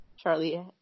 Charlie